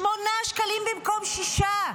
שמונה שקלים במקום שישה.